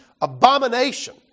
abomination